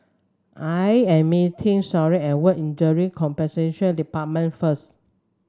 I am meeting Shania at Work Injury Compensation Department first